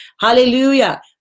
hallelujah